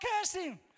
cursing